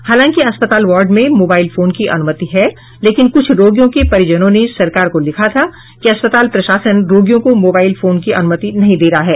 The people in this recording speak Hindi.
हालांकि अस्पताल वार्ड में मोबाइल फोन की अनुमति है लेकिन कुछ रोगियों के परिजनों ने सरकार को लिखा था कि अस्पताल प्रशासन रोगियों को मोबाइल फोन की अनुमति नहीं दे रहा है